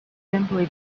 simply